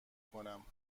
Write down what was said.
کنم